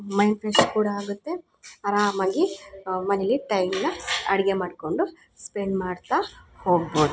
mind fresh ಕೂಡ ಆಗತ್ತೆ ಅರಾಮಾಗಿ ಮನೆಯಲ್ಲಿ ಟೈಮ್ನ ಅಡ್ಗೆ ಮಾಡ್ಕೊಂಡು ಸ್ಪೆಂಡ್ ಮಾಡ್ತಾ ಹೋಗ್ಬೋದು